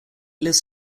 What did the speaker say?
lives